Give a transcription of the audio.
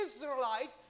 Israelite